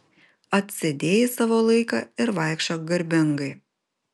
atsėdėjai savo laiką ir vaikščiok garbingai